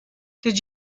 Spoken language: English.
did